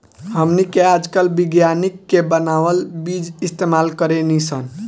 हमनी के आजकल विज्ञानिक के बानावल बीज इस्तेमाल करेनी सन